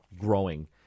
growing